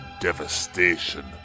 devastation